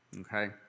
Okay